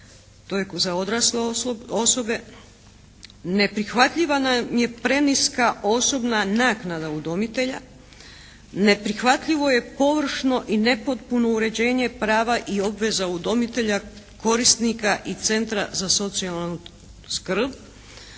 to je za odrasle osobe. Neprihvatljiva nam je preniska osobna naknada udomitelja, neprihvatljivo je površno i nepotpuno uređenje prava i obveza udomitelja korisnika i centra za socijalnu skrb